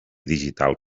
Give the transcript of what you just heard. digital